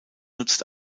nutzt